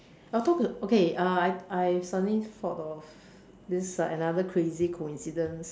I thought of okay uh I I suddenly thought of this uh another crazy coincidence